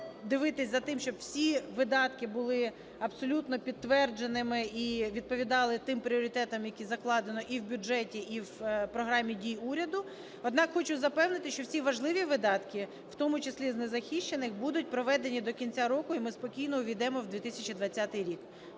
дивитись за тим, щоб всі видатки були абсолютно підтвердженими і відповідали тим пріоритетам, які закладено і в бюджеті, і в програмі дій уряду. Однак хочу запевнити, що всі важливі видатки, в тому числі і з незахищених, будуть проведені до кінця року і ми спокійно увійдемо в 2020 рік.